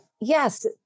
Yes